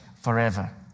forever